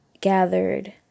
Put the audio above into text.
gathered